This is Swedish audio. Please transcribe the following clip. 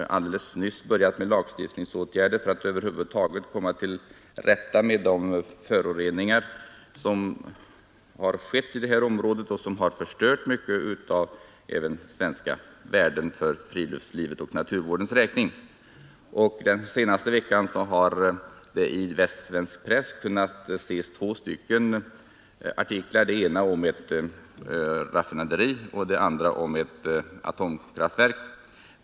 De har alldeles nyss börjat med lagstiftningsåtgärder för att över huvud taget komma till rätta med de föroreningar som har skett i detta område och som har förstört mycket av även svenska värden för frilutslivets och naturvårdens räkning. Den senaste veckan har i västsvensk press funnits två artiklar, den ena om ett raffinaderi och den andra om ett atomkraftverk.